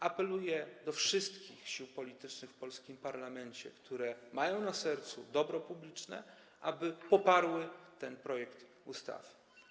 Apeluję do wszystkich sił politycznych w polskim parlamencie, które mają na sercu dobro publiczne, aby poparły ten projekt ustawy.